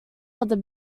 other